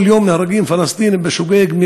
כל יום נהרגים פלסטינים בשוגג,